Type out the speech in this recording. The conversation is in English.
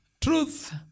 truth